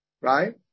right